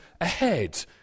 ahead